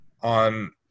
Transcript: on